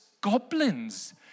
goblins